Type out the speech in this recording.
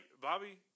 Bobby